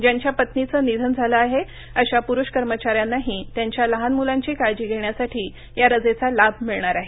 ज्यांच्या पवीचं निधन झालं आहे अशा पुरुष कर्मचा यांनाही त्यांच्या लहान मुलांची काळजी घेण्यासाठी या रजेचा लाभ मिळणार आहे